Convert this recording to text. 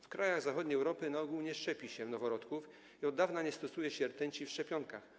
W krajach zachodniej Europy na ogół nie szczepi się noworodków i od dawna nie stosuje się rtęci w szczepionkach.